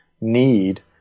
need